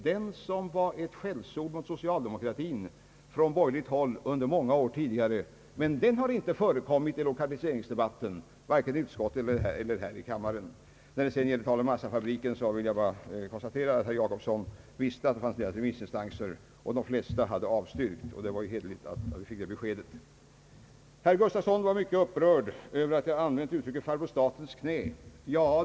Det var ett skällsord mot socialdemokratin från borgerligt håll under många år tidigare, men det har inte förekommit i lokaliseringsdebatten, vare sig i utskottet eller här i kammaren. I fråga om massafabriken vill jag bara konstatera att herr Jacobsson visste att det fanns flera remissinstanser och att de flesta avstyrkt. Det var ju hederligt att han gav det beskedet. Herr Nils-Eric Gustafsson var mycket upprörd över att jag använt uttrycket »farbror statens knä».